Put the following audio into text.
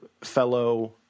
fellow